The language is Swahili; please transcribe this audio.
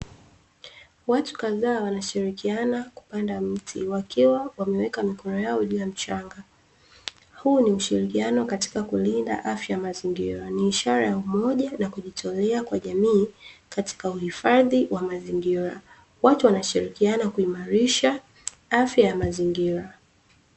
Watu kadhaa wanashirikiana kupanda mti wakiwa wameweka mikono yao juu ya mchanga, huu ni ushirikiano katika kulinda afya ya mazingira. Ni ishara ya umoja na kujitolea kwa jamii katika uhifadhi wa mazingira. Watu wanashirikiana kuimarisha afya ya mazingira.